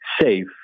safe